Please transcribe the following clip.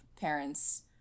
parents